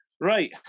Right